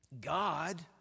God